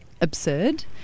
absurd